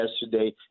yesterday